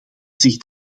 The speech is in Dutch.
zich